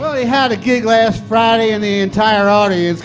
really had a gig last friday in the entire audience